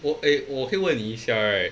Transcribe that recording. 我 eh 我可以问你一下 right